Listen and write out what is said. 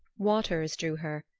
waters drew her,